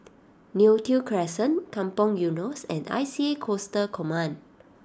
Neo Tiew Crescent Kampong Eunos and I C A Coastal Command